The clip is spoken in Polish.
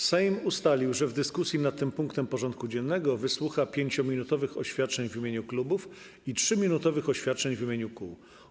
Sejm ustalił, że w dyskusji nad tym punktem porządku dziennego wysłucha 5-minutowych oświadczeń w imieniu klubów i 3-minutowych oświadczeń w imieniu kół.